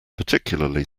particularly